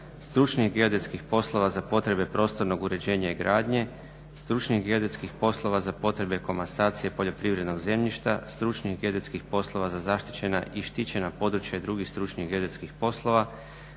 stručnih geodetskih poslova za potrebe prostornog uređenja i gradnje, stručnih geodetskih poslova za potrebe komasacije poljoprivrednog zemljišta stručnih geodetskih poslova za zaštićena i štićena područja i drugih stručnih geodetskih poslova